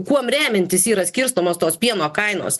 kuom remiantis yra skirstomos tos pieno kainos